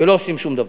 ולא עושים שום דבר: